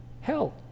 hell